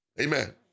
Amen